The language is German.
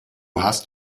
hast